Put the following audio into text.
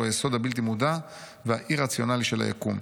שהוא היסוד הבלתי מודע והאי-רציונלי של היקום.